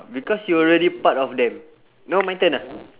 because you already part of them now my turn ah